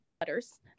letters